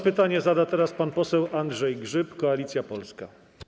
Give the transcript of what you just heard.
Pytanie zada teraz pan poseł Andrzej Grzyb, Koalicja Polska.